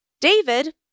David